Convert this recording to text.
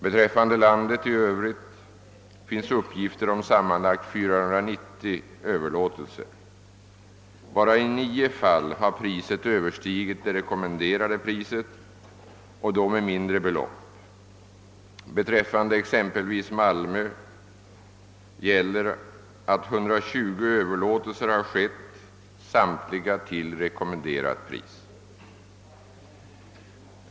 Beträffande landet i övrigt finns uppgifter om sammanlagt 490 överlåtelser. Endast i 9 fall har priset överstigit det rekommenderade priset och då med mindre belopp. Beträffande exempelvis Malmö gäller att 120 överlåtelser skett, samtliga till rekommenderat pris.